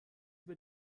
über